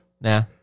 Nah